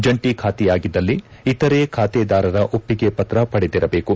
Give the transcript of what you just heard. ಜಂಟಿ ಬಾತೆಯಾಗಿದ್ದಲ್ಲಿ ಇತರೆ ಖಾತೆದಾರರ ಒಪ್ಪಿಗೆ ಪತ್ರ ಪಡೆದಿರಬೇಕು